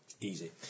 Easy